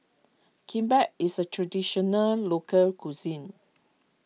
Kimbap is a Traditional Local Cuisine